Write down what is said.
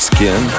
Skin